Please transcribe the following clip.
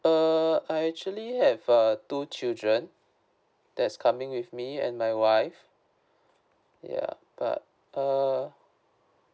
err I actually have uh two children that's coming with me and my wife ya but uh